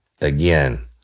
Again